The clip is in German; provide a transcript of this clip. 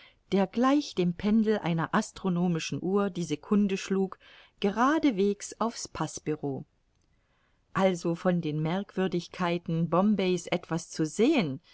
der gleich dem pendel einer astronomischen uhr die secundeschlug geradewegs auf's paßbureau also von den merkwürdigkeiten bombays etwas zu sehen